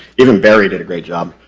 even barry did a great job.